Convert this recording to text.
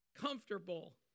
comfortable